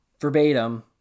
verbatim